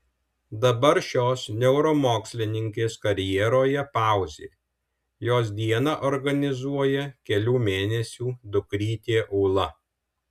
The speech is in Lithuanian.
dabar šios neuromokslininkės karjeroje pauzė jos dieną organizuoja kelių mėnesių dukrytė ūla